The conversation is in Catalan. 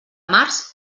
març